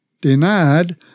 denied